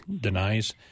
denies